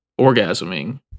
orgasming